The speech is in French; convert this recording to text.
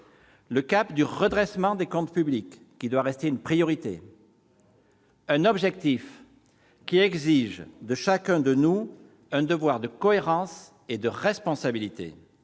le cap du redressement des comptes publics, qui doit rester une priorité. Cet objectif exige de chacun d'entre nous un devoir de cohérence et de responsabilité.